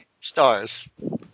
stars